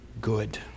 good